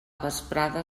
vesprada